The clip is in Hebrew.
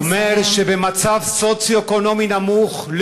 זה אומר שבמצב סוציו-אקונומי נמוך,